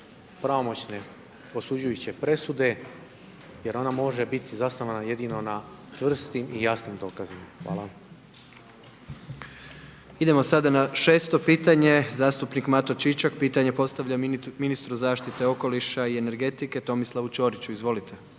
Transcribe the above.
pravomoćne osuđujuće presude jer ona može biti zasnovana jedino na čvrstim i jasnim dokazima. **Jandroković, Gordan (HDZ)** Idemo sada na 6. pitanje zastupnik Mato Čičak, pitanje postavlja ministru zaštite okoliša i energetike Tomislavu Ćoriću. Izvolite.